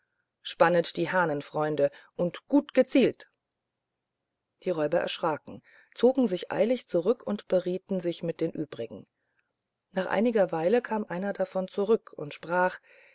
spannet die hahnen freunde und gut gezielt die räuber erschraken zogen sich eilig zurück und berieten sich mit den übrigen nach einiger weile kam einer davon zurück und sprach